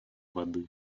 воды